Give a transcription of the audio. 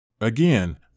Again